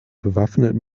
bewaffnet